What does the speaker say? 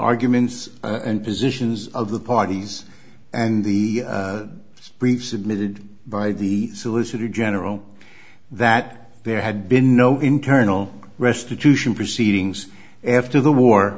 arguments and positions of the parties and the briefs submitted by the solicitor general that there had been no internal restitution proceedings after the war